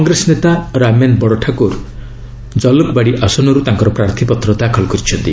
କଂଗ୍ରେସ ନେତା ରାମେନ୍ ବଡ଼ଠାକୁର କଲୁକ୍ବାଡି ଆସନରୁ ତାଙ୍କର ପ୍ରାର୍ଥୀପତ୍ର ଦାଖଲ କରିଛନ୍ତି